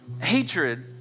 hatred